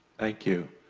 thank you.